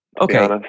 Okay